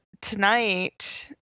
tonight